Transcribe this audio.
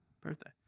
birthday